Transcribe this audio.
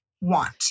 want